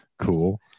cool